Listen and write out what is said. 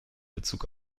bezug